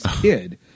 kid